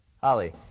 Holly